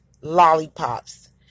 lollipops